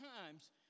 times